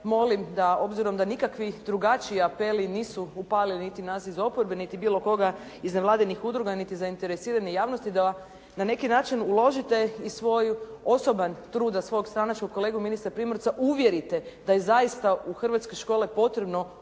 molim da obzirom da nikakvi drugačiji apeli nisu upalili niti nas iz oporbe niti bilo koga iz nevladinih udruga niti zainteresirane javnosti da na neki način uložite i svoj osoban trud da svog stranačkog kolegu ministra Primorca uvjerite da je zaista u hrvatske škole potrebno